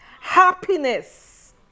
happiness